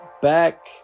back